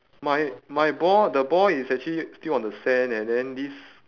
my my ball the ball is actually still on the sand and then this